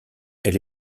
elle